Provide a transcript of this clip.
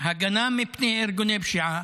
הגנה מפני ארגוני פשיעה.